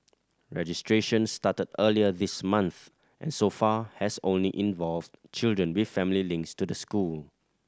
registration started earlier this month and so far has only involved children with family links to the school